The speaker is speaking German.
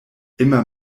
immer